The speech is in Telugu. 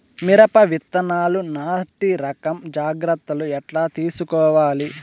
మిరప విత్తనాలు నాటి రకం జాగ్రత్తలు ఎట్లా తీసుకోవాలి?